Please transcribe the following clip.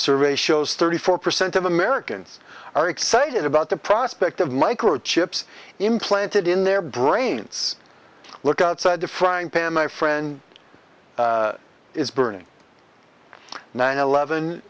survey shows thirty four percent of americans are excited about the prospect of microchips implanted in their brains look outside the frying pan my friend is burning nine eleven